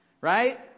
right